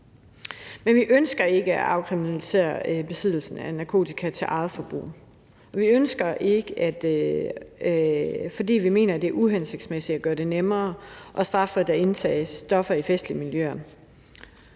Men vi ønsker ikke at afkriminalisere besiddelse af narkotika til eget forbrug, fordi vi mener, at det er uhensigtsmæssigt at gøre det nemmere og straffrit at indtage stoffer i festlige miljøer.